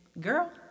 Girl